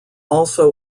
also